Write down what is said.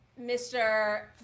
Mr